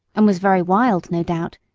and was very wild, no doubt,